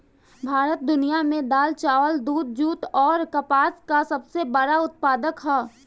भारत दुनिया में दाल चावल दूध जूट आउर कपास का सबसे बड़ा उत्पादक ह